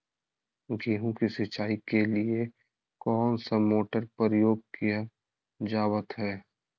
गेहूं के सिंचाई के लिए कौन सा मोटर का प्रयोग किया जावत है?